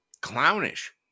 clownish